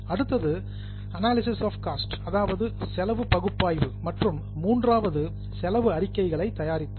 அடுத்தது analysis of cost அதாவது செலவு பகுப்பாய்வு மற்றும் மூன்றாவது காஸ்ட் ஸ்டேட்மெண்ட்ஸ் செலவு அறிக்கைகளை தயாரித்தல்